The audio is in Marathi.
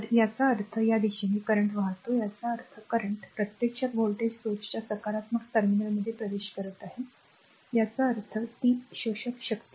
तर याचा अर्थ या दिशेने current वाहतो याचा अर्थ करंट प्रत्यक्षात व्होल्टेज स्त्रोताच्या सकारात्मक टर्मिनलमध्ये प्रवेश करत आहे याचा अर्थ ती शोषक शक्ती आहे